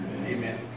Amen